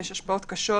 יש השפעות קשות